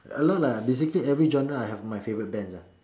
a lot ah basically every genre I have my favourite bands ah